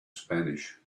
spanish